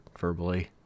verbally